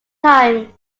time